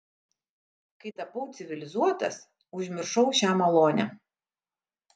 kai tapau civilizuotas užmiršau šią malonę